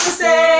say